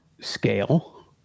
scale